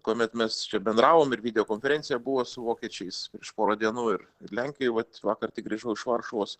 kuomet mes čia bendravom ir video konferencija buvo su vokiečiais prieš porą dienų ir ir lenkijoj vat vakar tik grįžau iš varšuvos